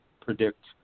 predict